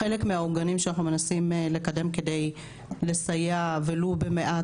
חלק מהעוגנים שאנחנו מנסים לקדם כדי לסייע ולו במעט